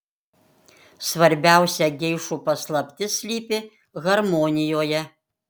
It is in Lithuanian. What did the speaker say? svarbiausia geišų paslaptis slypi harmonijoje